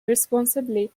responsibly